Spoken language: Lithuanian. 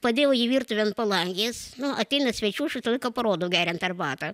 padėjau jį virtuvėj ant palangės nu ateina svečių aš visą laiką parodau geriant arbatą